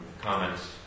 comments